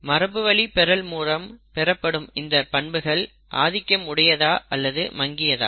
மரபுவழி மூலம் பெறப்படும் இந்த பண்பு ஆதிக்கம் உடையதா அல்லது மங்கியதா